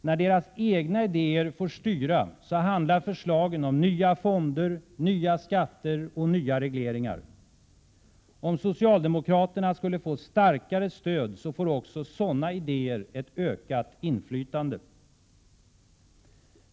När deras egna idéer får styra handlar förslagen om nya fonder, nya skatter och nya regleringar. Om socialdemokraterna skulle få starkare stöd får också sådana idéer ökat inflytande.